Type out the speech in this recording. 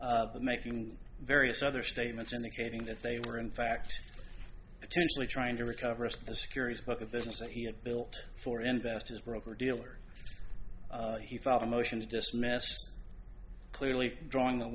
making various other statements indicating that they were in fact potentially trying to recover the securities book a business that he had built for investors broker dealer he filed a motion to dismiss clearly drawing the